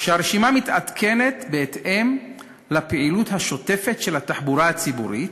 שהרשימה מתעדכנת בהתאם לפעילות השוטפת של התחבורה הציבורית